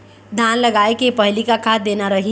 धान लगाय के पहली का खाद देना रही?